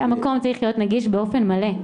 המקום צריך להיות נגיש באופן מלא.